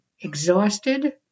exhausted